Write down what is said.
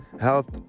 health